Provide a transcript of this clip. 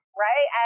right